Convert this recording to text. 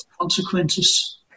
consequences